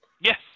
Yes